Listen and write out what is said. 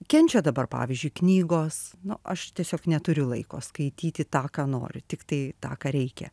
kenčia dabar pavyzdžiui knygos nu aš tiesiog neturiu laiko skaityti tą ką noriu tiktai tą ką reikia